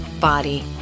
body